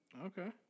Okay